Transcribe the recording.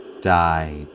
died